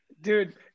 dude